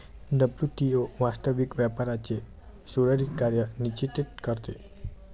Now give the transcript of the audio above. WTO वास्तविक व्यापाराचे सुरळीत कार्य सुनिश्चित करते